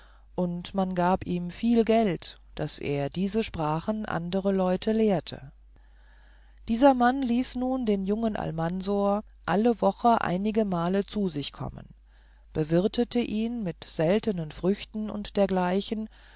und man gab ihm viel geld daß er diese sprachen andere leute lehrte dieser mann ließ nun den jungen almansor alle wochen einigemal zu sich kommen bewirtete ihn mit seltenen früchten und dergleichen